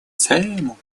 тему